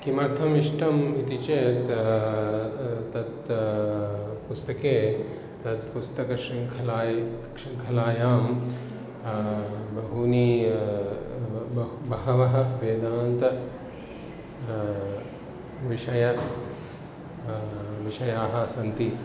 किमर्थम् इष्टम् इति चेत् तत् पुस्तके तत् पुस्तकशृङ्खलायां शृङ्खलायां बहूनि बहवः वेदान्तविषयाः विषयाः सन्ति